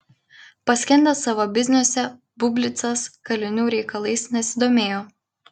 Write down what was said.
paskendęs savo bizniuose bublicas kalinių reikalais nesidomėjo